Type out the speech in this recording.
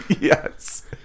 Yes